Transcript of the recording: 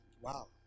Wow